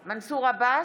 עבאס,